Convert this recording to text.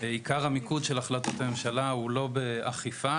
עיקר המיקוד של החלטת הממשלה הוא לא באכיפה,